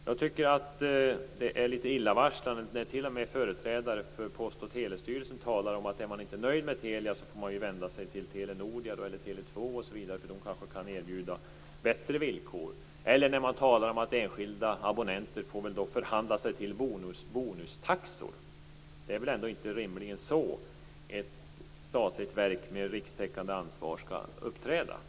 Jag tycker att det är litet illavarslande när t.o.m. företrädare för Post och telestyrelsen talar om att man får vända sig till Telenordia eller Tele2 om man inte är nöjd med Telia, därför att de kanske kan erbjuda bättre villkor. Lika illa är det när man talar om att enskilda abonnenter får förhandla till sig bonustaxor. Det är väl inte rimligen så ett statligt verk med rikstäckande ansvar skall uppträda.